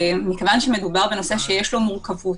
מכיוון שמדובר בנושא שיש לו מורכבות